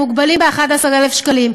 מוגבלים ל-11,000 שקלים?